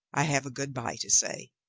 i have a good-by to say,